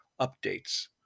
updates